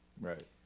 Right